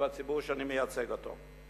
בציבור שאני מייצג אותו,